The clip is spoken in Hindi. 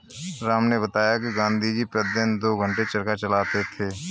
राम ने बताया कि गांधी जी प्रतिदिन दो घंटे चरखा चलाते थे